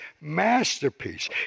masterpiece